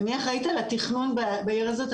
אני אחראית על התכנון בעיר הזאת,